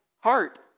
heart